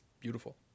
beautiful